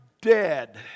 dead